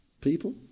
people